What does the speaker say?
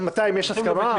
על 200 יש הסכמה?